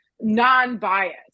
non-biased